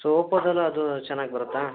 so ಓಪೋದಲ್ಲಿ ಅದು ಚೆನ್ನಾಗಿ ಬರುತ್ತಾ